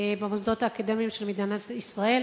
במוסדות האקדמיים של מדינת ישראל.